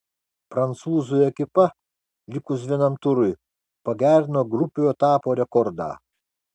prancūzų ekipa likus vienam turui pagerino grupių etapo rekordą